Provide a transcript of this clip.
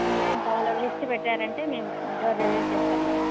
మీది ఏం కావాలో లిస్టు పెట్టారంటే మేము డోర్ డెలివరీ చేస్తాం మేడం